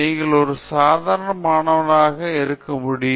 நீங்கள் ஒரு சாதாரண மாணவனாக இருக்க முடியும்